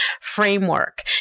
framework